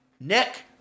Nick